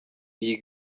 iyi